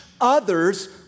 others